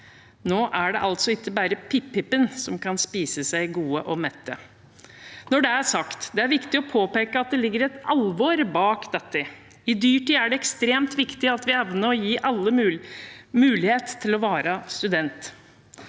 Nå er det altså ikke bare pippipene som kan spise seg gode og mette. Når det er sagt: Det er viktig å påpeke at det ligger et alvor bak dette. I dyrtid er det ekstremt viktig at vi evner å gi alle mulighet til å være student.